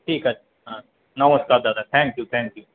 ঠিক আছে হ্যাঁ নমস্কার দাদা থ্যাংক ইউ থ্যাংক ইউ